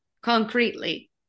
concretely